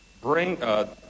bring